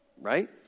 Right